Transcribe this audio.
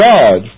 God